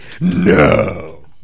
No